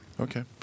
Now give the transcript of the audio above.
Okay